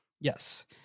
Yes